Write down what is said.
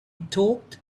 talked